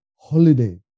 holiday